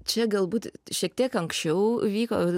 čia galbūt šiek tiek anksčiau vyko